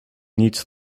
needs